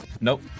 nope